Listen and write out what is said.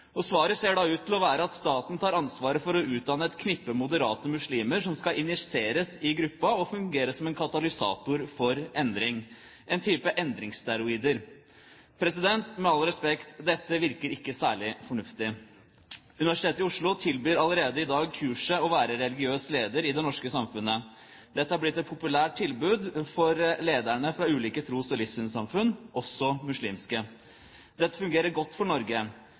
Svaret ser da ut til å være at staten tar ansvaret for å utdanne et knippe moderate muslimer som skal injiseres i gruppen og fungere som en katalysator for endring – en type endringssteroider. Med all respekt, dette virker ikke særlig fornuftig. Universitetet i Oslo tilbyr allerede i dag kurset «Å være religiøs leder i det norske samfunnet». Dette har blitt et populært tilbud for lederne fra ulike tros- og livssynssamfunn, også muslimske. Dette fungerer godt for Norge.